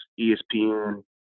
espn